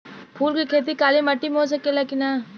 फूल के खेती काली माटी में हो सकेला की ना?